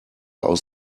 aus